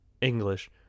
English